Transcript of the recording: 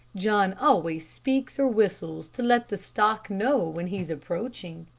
john always speaks or whistles to let the stock know when he's approaching.